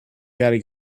gotta